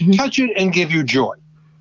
touch it and give you joy.